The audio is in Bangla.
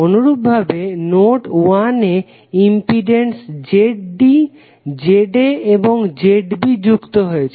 অনুরূপভাবে নোড 1 এ ইম্পিডেন্স ZD ZA এবং ZB যুক্ত হচ্ছে